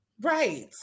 Right